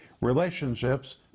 Relationships